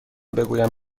بگویم